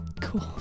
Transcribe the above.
cool